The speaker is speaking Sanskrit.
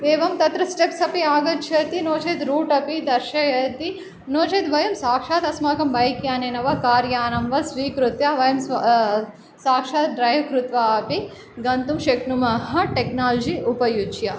एवं तत्र स्टेप्स् अपि आगच्छति नो चेत् रूट् अपि दर्शयति नो चेत् वयं साक्षात् अस्माकं बैक्यानेन वा कार्यानं वा स्वीकृत्य वयं स्व साक्षात् ड्रैव् कृत्वा अपि गन्तुं शक्नुमः टेक्नालजि उपयुज्य